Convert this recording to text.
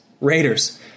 Raiders